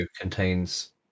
contains